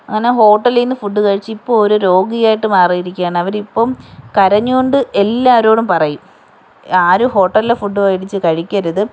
കാരണം ഹോട്ടലീന്ന് ഫുഡ്ഡ് കഴിച്ചിപ്പോൾ ഒരു രോഗി ആയിട്ട് മാറീരിക്കുകയാണ് അവരിപ്പം കരഞ്ഞു കൊണ്ട് എല്ലാരോടും പറയും ആരും ഹോട്ടൽലേ ഫുഡ്ഡ് മേടിച്ച് കഴിക്കരുത്